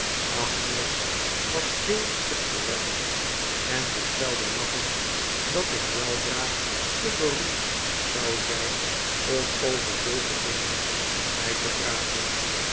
agnes was heel opgeruimd en voorspelde lachend dat ik weldra te beroemd zou zijn om over zulke dingen met mij te praten